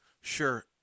Sure